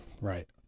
right